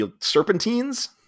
serpentines